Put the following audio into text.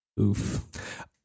Oof